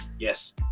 Yes